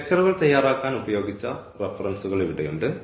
ലക്ച്ചറുകൾ തയ്യാറാക്കാൻ ഉപയോഗിച്ച റഫറൻസുകൾ ഇവിടെയുണ്ട്